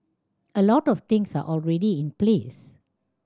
a lot things are already in place